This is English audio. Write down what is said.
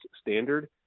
standard